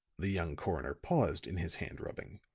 the young coroner paused in his hand rubbing.